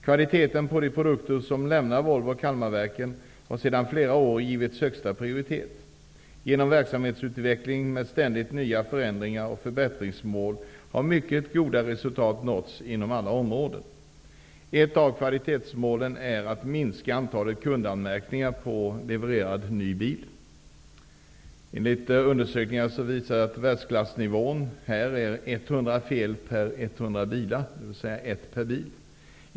Kalmarverken har sedan flera år givits högsta prioritet. Genom verksamhetsutveckling med ständigt nya förändringar och förbättringsmål har mycket goda resultat uppnåtts inom alla områden. Ett av kvalitetsmålen är att antalet kundanmärkningar på en levererad ny bil minskas. Undersökningar visar att världsklassnivån här är 100 fel per 100 bilar, dvs. 1 fel per bil.